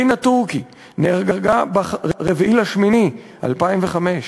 דינא תורכי נהרגה ב-4 באוגוסט 2005,